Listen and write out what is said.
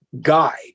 guide